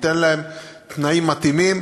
ניתן להם תנאים מתאימים,